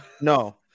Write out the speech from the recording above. no